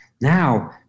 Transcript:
now